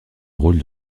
rôle